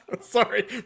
sorry